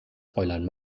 fräulein